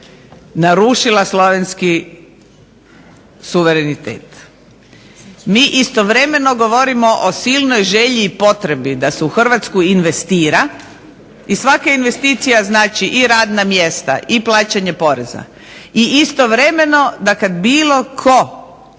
narušila slovenski suverenitet? Mi istovremeno govorimo o silnoj želji i potrebi da se u Hrvatsku investira i svaka investicija znači i radna mjesta i plaćanje poreza i istovremeno da kad bilo tko